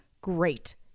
great